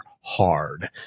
hard